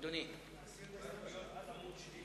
אדוני היושב-ראש,